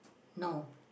no